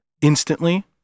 instantly